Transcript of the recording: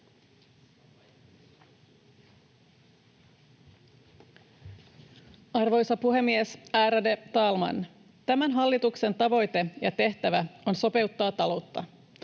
Arvoisa puhemies, ärade talman! Tämän hallituksen tavoite ja tehtävä on sopeuttaa taloutta.